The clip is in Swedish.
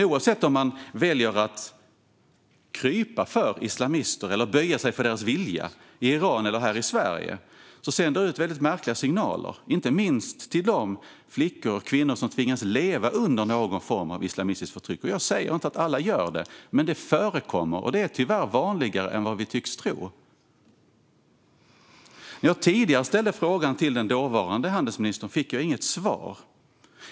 Oavsett om man väljer att krypa för islamister eller böja sig för deras vilja i Iran eller här i Sverige sänder det mycket märkliga signaler, inte minst till de flickor och kvinnor som tvingas leva under någon form av islamistiskt förtryck. Jag säger inte att alla gör det. Men det förekommer. Och det är tyvärr vanligare än vi tycks tro. När jag tidigare ställde en fråga till handelsministern fick jag inget svar.